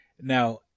Now